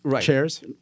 chairs